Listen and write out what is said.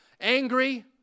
angry